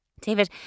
David